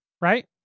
right